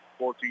14